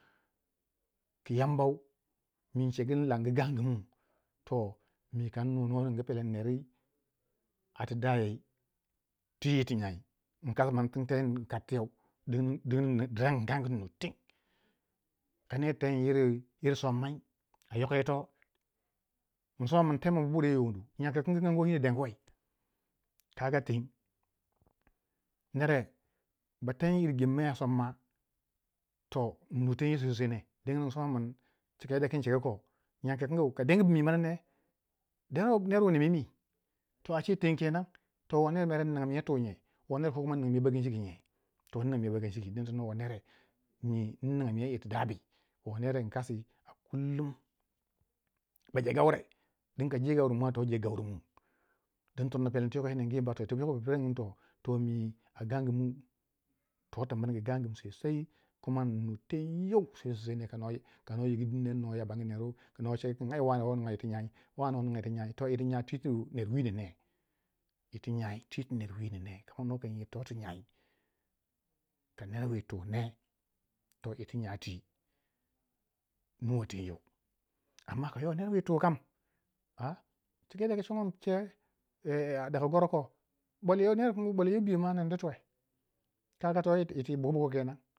Kiyambau mi incegu inlangu gangu mu toh mi kannui no ning peleni nerii a tu dayai twi yir ti nyai inkas min in tirtei inkar twiyou dingin dirangin gangu in nu teng ka ner ten yiri yi ti sommai a yoko yito insoma min temmin bu buryoi yo wundu nyan ki kangu kin gango nyinou dengwei kaga teng, nere ba teng yir gemmai a somma to yin nu teng yew sosai sosai dingin insoma cika kin cegu ko nyang kikangu ka deng bu mi mana ne, dero ner wu nem yi mi to a ce teng kenan toh wo ner mer in ninga man yo twu ney? wo ner ko kuma in ninga man yo bakin ciki nye? toh in ninga man yo bakin ciki dun tono wo nere in. inga manyo yir tidabu wo ner in kasi a kullum baje gaure din kaje gauri mwa to jegg auri mu din tono pelendi to yoko yi ningu yi mba toh tu u prangin toh, toh mi a gangu mu toti miringu gangu mu sosai kuma in nu tengyeu sosai sosai ne kano yigu din ner no yabangu neru, kino ceegu kin ai wane wo ninga yit ti nyai, to yirti nyai twi ti ner wino ne, kama nu kin yirti nyai kaner wi tu ne to yiti nya twi nuwei teng yeu amma kayo ner wi tu kam cika ki congo yin ce a daga goro ko, bol yo ner wukange bolyo wu biyo ma, ninga man yo twiwe, kaga to twi bu kenan